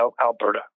Alberta